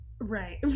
Right